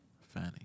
Fanny